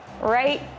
right